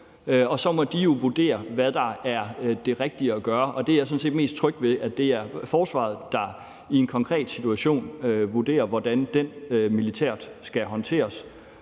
og så må de jo vurdere, hvad der er det rigtige at gøre, og der er jeg sådan set mest tryg ved, at det er forsvaret, der i en konkret situation vurderer, hvordan den militært skal håndteres.